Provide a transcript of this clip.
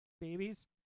babies